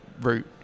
route